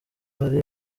hari